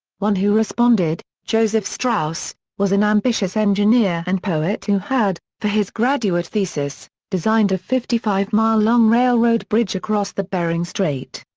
one who responded, joseph strauss, was an ambitious engineer and poet who had, for his graduate thesis, designed a fifty five mile long railroad bridge across the bering strait.